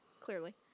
Clearly